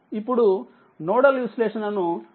ఇప్పుడు నోడల్ విశ్లేషణను వర్తింపజేయండి